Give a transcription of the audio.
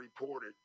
reported